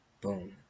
boom